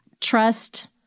trust